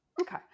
Okay